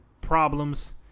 problems